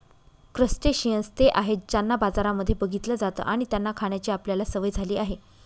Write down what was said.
crustaceans ते आहेत ज्यांना बाजारांमध्ये बघितलं जात आणि त्यांना खाण्याची आपल्याला सवय झाली आहे